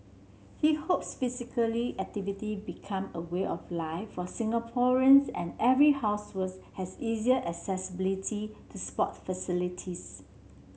he hopes physically activity become a way of life for Singaporeans and every house was has easier accessibility to sport facilities